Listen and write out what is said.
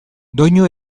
doinu